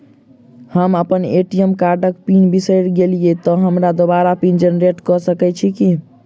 हम अप्पन ए.टी.एम कार्डक पिन बिसैर गेलियै तऽ हमरा दोबारा पिन जेनरेट कऽ सकैत छी की?